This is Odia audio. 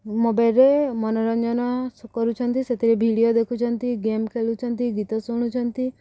ମୋବାଇଲ୍ରେ ମନୋରଞ୍ଜନ କରୁଛନ୍ତି ସେଥିରେ ଭିଡ଼ିଓ ଦେଖୁଛନ୍ତି ଗେମ୍ ଖେଳୁଛନ୍ତି ଗୀତ ଶୁଣୁଛନ୍ତି